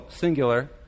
singular